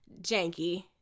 janky